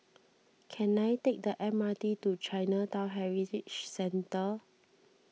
can I take the M R T to Chinatown Heritage Centre